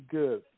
good